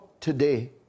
today